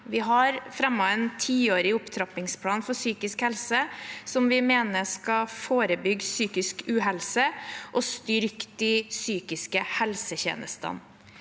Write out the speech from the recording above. Vi har fremmet en tiårig opptrappingsplan for psykisk helse som vi mener skal forebygge psykisk uhelse og styrke de psykiske helsetjenestene.